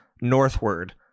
northward